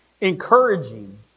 encouraging